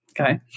Okay